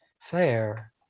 fair